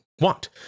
want